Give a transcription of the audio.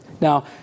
Now